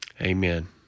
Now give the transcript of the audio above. Amen